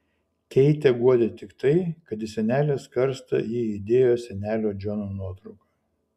keitę guodė tik tai kad į senelės karstą ji įdėjo senelio džono nuotrauką